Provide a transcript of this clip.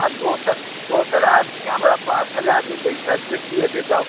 आ दोसर दोसर आदमी हमरा पाँच हजारमे दै छथि से की हेतै तब